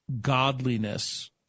godliness